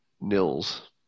Nils